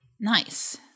Nice